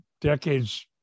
decades